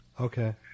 Okay